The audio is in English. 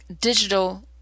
digital